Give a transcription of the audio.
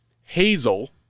Hazel